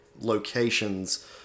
locations